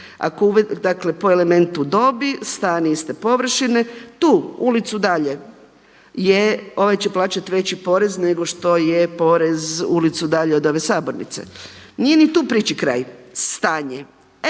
Dakle, po elementu dobit stan iste površine tu ulicu dalje ovaj će plaćati veći porez nego što je porez ulicu dalje od ove sabornice. Nije ni tu priči kraj, stanje,